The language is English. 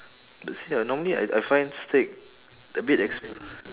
see ah normally I I find steak a bit ex